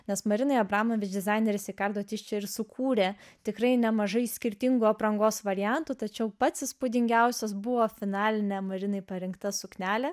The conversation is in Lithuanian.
nes marinai abramovič dizaineris rikardo tiščė ir sukūrė tikrai nemažai skirtingų aprangos variantų tačiau pats įspūdingiausias buvo finalinė marinai parinkta suknelė